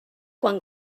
quan